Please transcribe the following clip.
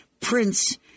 Prince